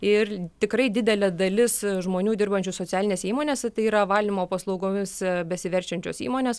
ir tikrai didelė dalis žmonių dirbančių socialinėse įmonėse tai yra valymo paslaugomis besiverčiančios įmonės